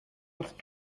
with